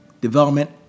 development